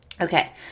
Okay